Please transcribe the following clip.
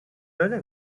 öyle